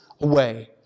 away